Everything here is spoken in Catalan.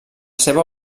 seva